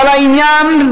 אבל העניין,